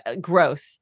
growth